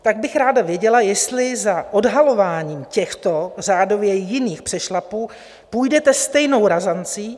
Tak bych ráda věděla, jestli za odhalování těchto řádově jiných přešlapů půjdete se stejnou razancí.